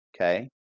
Okay